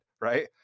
right